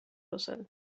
herself